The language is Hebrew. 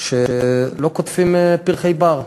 שלא קוטפים פרחי בר.